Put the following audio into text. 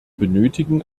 benötigen